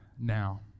Now